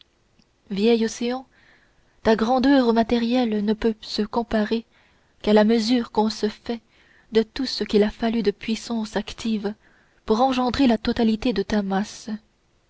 vieil océan ta grandeur matérielle ne peut se comparer qu'à la mesure qu'on se fait de ce qu'il a fallu de puissance active pour engendrer la totalité de ta masse